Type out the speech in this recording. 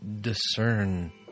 discern